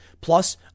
plus